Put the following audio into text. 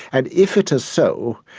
and if it is so,